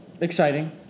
Exciting